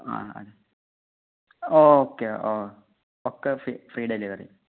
ആ അതെ okay oh okay free delivery